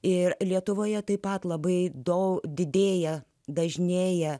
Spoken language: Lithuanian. ir lietuvoje taip pat labai daug didėja dažnėja